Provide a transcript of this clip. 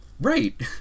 Right